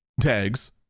tags